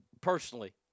Personally